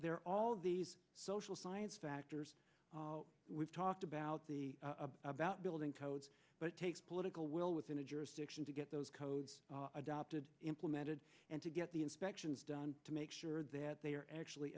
are all these social science factors we've talked about the about building codes but it takes political will within a jurisdiction to get those codes adopted implemented and to get the inspections done to make sure that they are actually